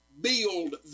build